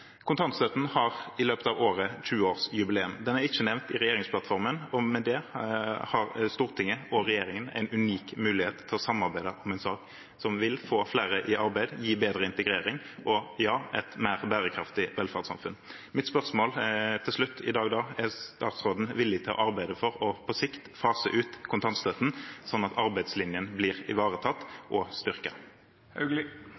Kontantstøtten har i løpet av året 20-årsjubileum. Den er ikke nevnt i regjeringsplattformen, og med det har Stortinget og regjeringen en unik mulighet til å samarbeide om en sak som vil få flere i arbeid, gi bedre integrering, og – ja – et mer bærekraftig velferdssamfunn. Mitt spørsmål til slutt i dag er: Er statsråden villig til å arbeide for på sikt å fase ut kontantstøtten, slik at arbeidslinjen blir